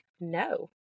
No